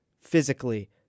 physically